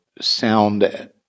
sound